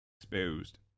exposed